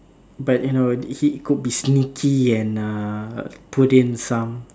but you know it he could be sneaky and uh put in some